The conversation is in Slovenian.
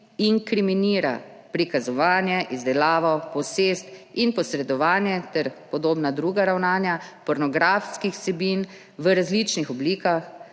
inkriminira prikazovanje, izdelavo, posest in posredovanje ter podobna druga ravnanja pornografskih vsebin v različnih oblikah,